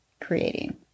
creating